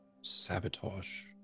sabotage